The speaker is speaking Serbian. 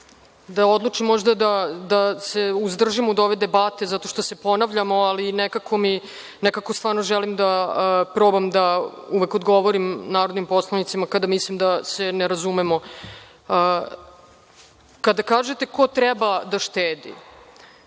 da odlučim možda da se uzdržim od ove debate, zato što se ponavljamo, ali nekako stvarno želim da probam da uvek odgovorim narodnim poslanicima kada mislim da se ne razumemo. Kada kažete - ko treba da štedi?